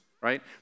right